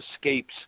escapes